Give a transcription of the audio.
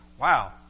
wow